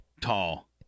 tall